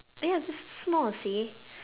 ya that's not small see